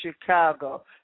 Chicago